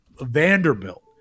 Vanderbilt